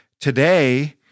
today